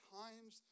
times